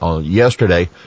yesterday